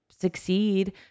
succeed